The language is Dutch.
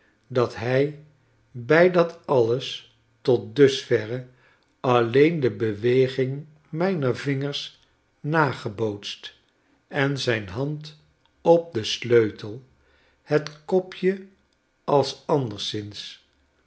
dat hjj bij dat alles tot dusverre alleen de beweging mijner vingers nagebootst en zijn hand op den sleutel het kopje als anderzins